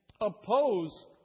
oppose